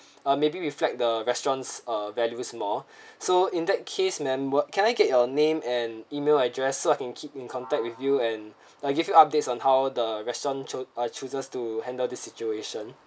uh maybe reflect the restaurants uh values more so in that case ma'am what can I get your name and email address so I can keep in contact with you and like give you updates on how the restaurant cho~ ah chooses to handle this situation